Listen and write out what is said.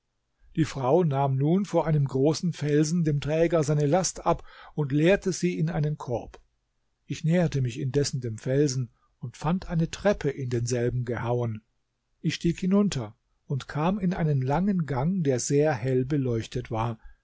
die frau nahm nun vor einem großen felsen dem träger seine last ab und leerte sie in einen korb ich näherte mich indessen dem felsen und fand eine treppe in denselben gehauen ich stieg hinunter und kam in einen langen gang der sehr hell beleuchtet war